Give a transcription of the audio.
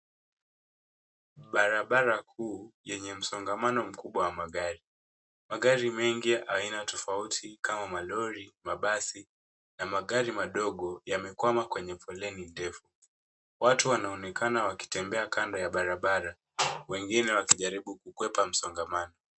Barabara kuu yenye msongamano mkubwa wa magari. Magari mengi aina tofauti kama malori mabasi na magari madogo yamekwama kwenye foleni ndefu. Watu wanaonekana wakitembea kando ya barabara, wengine wakijaribu kukwepa msongamano.